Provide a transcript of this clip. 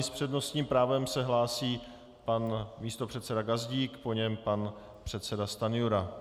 S přednostním právem se hlásí pan místopředseda Gazdík, po něm pan předseda Stanjura.